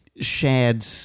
shared